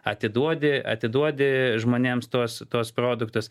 atiduodi atiduodi žmonėms tuos tuos produktus